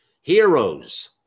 heroes